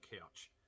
couch